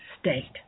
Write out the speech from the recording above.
state